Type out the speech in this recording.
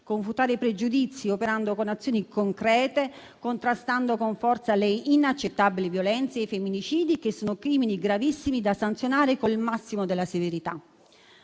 confutare pregiudizi, operando con azioni concrete, contrastando con forza le inaccettabili violenze e i femminicidi, che sono crimini gravissimi da sanzionare con il massimo di severità».